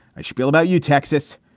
i spiel about you, texas,